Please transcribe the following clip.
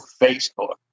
Facebook